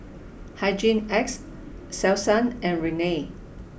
Hhygin X Selsun and Rene